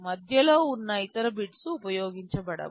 మధ్యలో ఉన్న ఇతర బిట్స్ ఉపయోగించబడవు